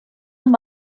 amb